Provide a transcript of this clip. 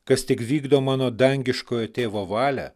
kas tik vykdo mano dangiškojo tėvo valią